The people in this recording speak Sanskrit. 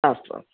अस्तु अस्तु